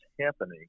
happening